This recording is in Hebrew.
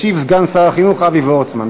ישיב סגן שר החינוך אבי וורצמן.